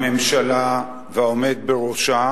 הממשלה והעומד בראשה